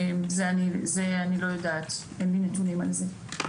אני לא יודעת, אין לי נתונים על זה.